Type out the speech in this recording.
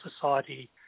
Society